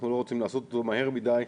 אנחנו לא רוצים לעשות אותו מהר מדי.